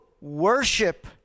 worship